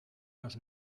los